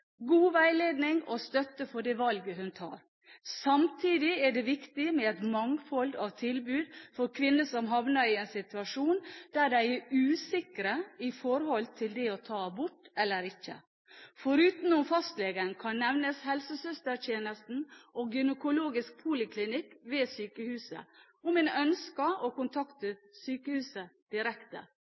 god veiledning og støtte for det valget hun tar. Samtidig er det viktig med et mangfold av tilbud for kvinner som havner i en situasjon der de er usikre på om de skal ta abort eller ikke. I tillegg til fastlegen kan nevnes helsesøstertjenesten og gynekologisk poliklinikk ved sykehuset, om en ønsker å kontakte sykehuset direkte.